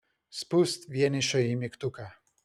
spust vienišąjį mygtuką